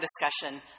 discussion